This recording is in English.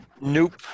Nope